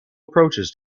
approaches